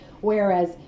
whereas